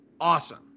awesome